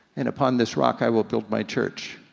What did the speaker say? and upon this rock i will build my church.